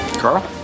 Carl